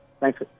Thanks